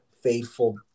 faithful